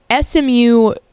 smu